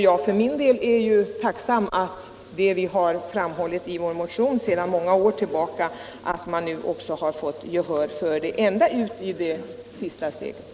Jag är också tacksam för att vi helt och hållet har vunnit gehör för det som vi krävt i våra motioner sedan många år tillbaka.